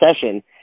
session